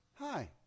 Hi